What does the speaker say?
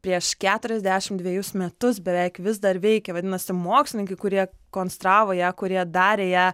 prieš keturiasdešimt dvejus metus beveik vis dar veikia vadinasi mokslininkai kurie konstravo ją kurie darė ją